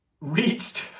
reached